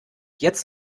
jetzt